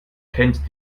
kennt